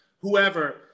whoever